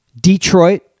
Detroit